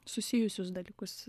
susijusius dalykus